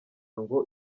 ngo